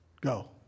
go